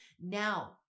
now